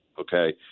Okay